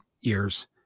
years